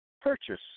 purchase